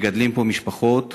מגדלים פה משפחות